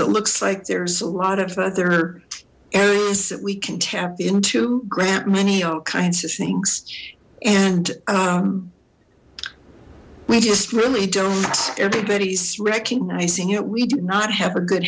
it looks like there's a lot of other areas that we can tap into grant money all kinds of things and we just really don't everybody's recognizing that we do not have a good